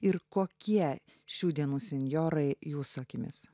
ir kokie šių dienų senjorai jūsų akimis